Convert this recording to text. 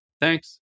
thanks